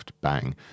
bang